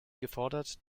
gefordert